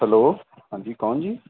hello ਹਾਂਜੀ ਕੌਣ ਜੀ